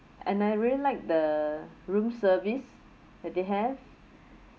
and I really like the room service that they have